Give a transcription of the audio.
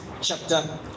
chapter